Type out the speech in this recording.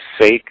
sake